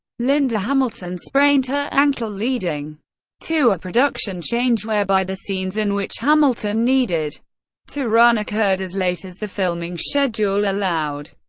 linda hamilton sprained her ankle, leading to a production change whereby the scenes in which hamilton needed to run occurred as late as the filming schedule allowed.